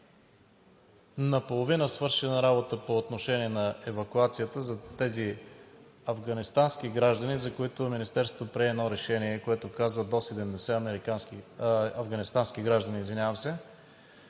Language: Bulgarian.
наполовина свършена работа по отношение на евакуацията за тези афганистански граждани, за които Министерството прие едно решение, в което казва до 70 афганистански граждани.